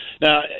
Now